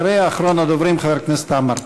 אחריה, אחרון הדוברים, חבר הכנסת עמאר.